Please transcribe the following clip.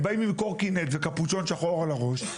הם באים עם קורקינט וקפוצ'ון שחור על הראש,